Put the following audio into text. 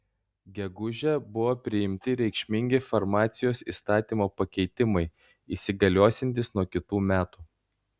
gegužę buvo priimti reikšmingi farmacijos įstatymo pakeitimai įsigaliosiantys nuo kitų metų